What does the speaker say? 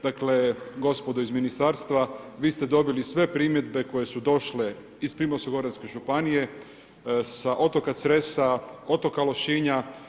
Dakle, gospodo iz ministarstva, vi ste dobili sve primjedbe koje su došle iz Primorsko-goranske županije, sa otoka Cresa, otoka Lošinja.